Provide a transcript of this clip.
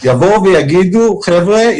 שיבואו ויגידו חבר'ה,